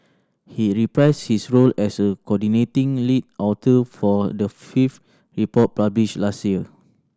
he reprised his role as a coordinating lead author for the fifth report published last year